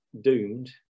doomed